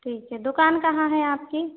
ठीक है दुकान कहाँ है आपकी